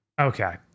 Okay